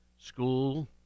school